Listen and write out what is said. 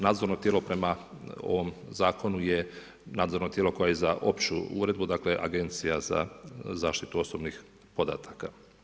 Nadzorno tijelo prema ovom zakonu je nadzorno tijelo koje je za opću uredbu je Agencija za zaštitu osobnih podataka.